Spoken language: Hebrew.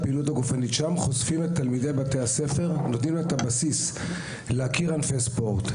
שם חושפים את תלמידי בתי הספר ונותנים להם את הבסיס להכיר ענפי ספורט.